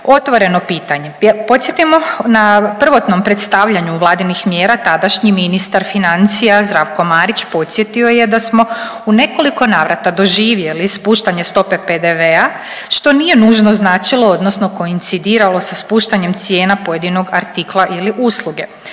otvoreno pitanje. Podsjetimo na prvotnom predstavljanju Vladinih mjera tadašnji ministar financija Zdravko Marić podsjetio je da smo u nekoliko navrata doživjeli spuštanje stope PDV-a što nije nužno značilo odnosno koincidiralo sa spuštanjem cijena pojedinog artikla ili usluge.